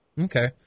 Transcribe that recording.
Okay